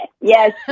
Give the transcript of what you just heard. Yes